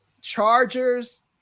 chargers